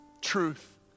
truth